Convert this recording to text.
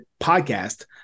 Podcast